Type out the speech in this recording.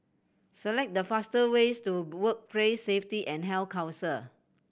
select the fastest ways to Workplace Safety and Health Council